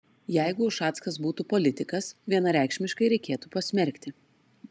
jeigu ušackas būtų politikas vienareikšmiškai reikėtų pasmerkti